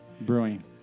Brewing